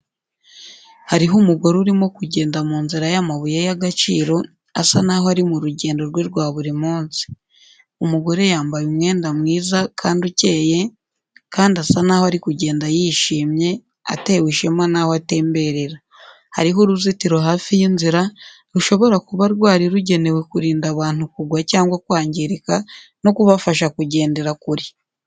Hariho umugore urimo kugenda mu nzira y'amabuye y'agaciro, asa naho ari mu rugendo rwe rwa buri munsi. Umugore yambaye umwenda mwiza kandi ukeye, kandi asa naho ari kugenda yishimye, atewe ishema n'aho atemberera. Hariho uruzitiro hafi y'inzira, rushobora kuba rwari rugenewe kurinda abantu kugwa cyangwa kwangirika, no kubafasha kugendera kure.